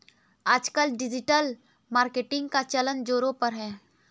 आजकल digital marketing का चलन ज़ोरों पर है